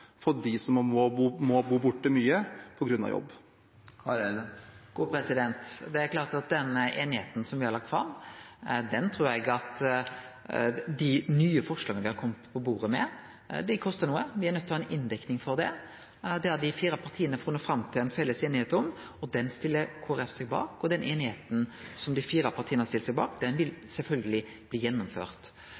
for dem som må bo mye borte på grunn av jobb? Det er klart at den einigheita som me har lagt fram, og dei nye forslaga me har kome på bordet med, kostar. Me er nøydde til å ha inndekning for det. Det har dei fire partia funne fram til ei felles einigheit om, og det stiller Kristeleg Folkeparti seg bak. Det som dei fire partia har stilt seg bak, vil sjølvsagt bli gjennomført.